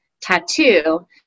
tattoo